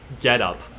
getup